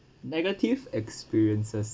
negative experiences